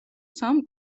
სამ